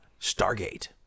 Stargate